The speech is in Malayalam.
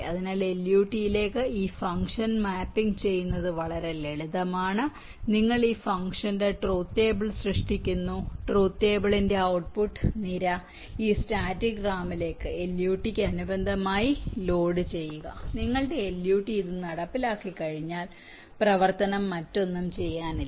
അതിനാൽ LUT ലേക്ക് ഈ ഫംഗ്ഷൻ മാപ്പിംഗ് ചെയ്യുന്നത് വളരെ ലളിതമാണ് നിങ്ങൾ ഈ ഫംഗ്ഷന്റെ ട്രൂത് ടേബിൾ സൃഷ്ടിക്കുന്നു ട്രൂത് ടേബിളിന്റെ ഔട്ട്പുട്ട് നിര ഈ സ്റ്റാറ്റിക് റാമിലേക്ക് LUT യ്ക്ക് അനുബന്ധമായി ലോഡ് ചെയ്യുക നിങ്ങളുടെ LUT ഇത് നടപ്പിലാക്കിയുകഴിഞ്ഞാൽ പ്രവർത്തനം മറ്റൊന്നും ചെയ്യാനില്ല